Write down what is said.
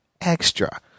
extra